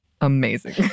Amazing